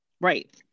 Right